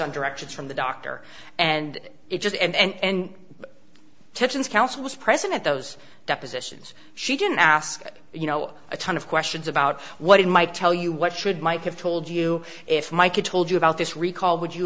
on directions from the doctor and it just and tensions council was present at those depositions she didn't ask you know a ton of questions about what it might tell you what should might have told you if my kid told you about this recall would you